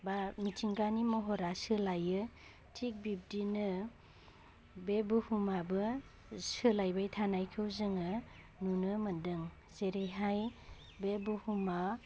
बा मिथिंगानि महरा सोलायो थिक बिब्दिनो बे बुहुमाबो सोलायबाय थानायखौ जोङो नुनो मोनदों जेरैहाय बे बुहुमा